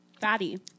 Fatty